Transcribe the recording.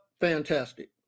fantastic